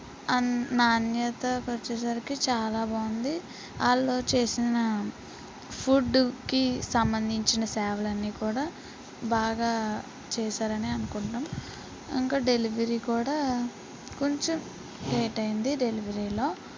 నాణ్యతకు వచ్చేసరికి చాలా బాగుంది వాళ్ళు చేసిన ఫుడ్కి సంబంధించిన సేవలు అన్ని కూడా బాగా చేశారని అనుకుంటున్నాం ఇంకా డెలివరీ కూడా కొంచెం లేట్ అయింది డెలివరీలో